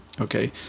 Okay